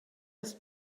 ist